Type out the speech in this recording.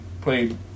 played